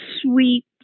sweet